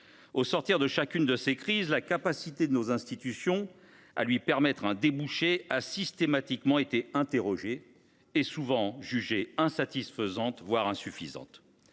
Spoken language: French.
Au sortir de chacune de ces crises, la capacité de nos institutions à lui ouvrir un débouché a systématiquement été interrogée et souvent jugée insatisfaisante, voire insuffisante.